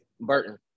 Burton